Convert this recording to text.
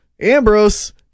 Ambrose